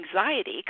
anxiety